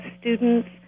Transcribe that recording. students